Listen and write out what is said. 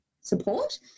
support